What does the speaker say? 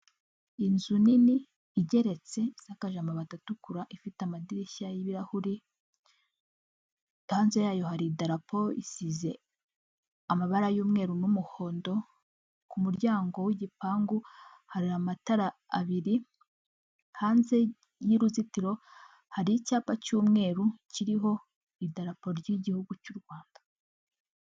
Inzu nini igeretse, isakaje amabati atukura ifite amadirishya y'ibirahuri, hanze yayo hari idarapo, isize amabara y'umweru n'umuhondo, ku muryango w'igipangu hari amatara abiri, hanze y'uruzitiro hari icyapa cy'umweru kiriho idarapo ry'igihugu cy'u Rwanda.